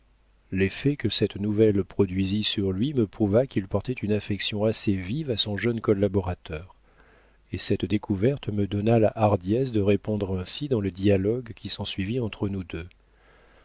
l'effet que cette nouvelle produisit sur lui me prouva qu'il portait une affection assez vive à son jeune collaborateur et cette découverte me donna la hardiesse de répondre ainsi dans le dialogue qui s'ensuivit entre nous deux